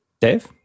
Dave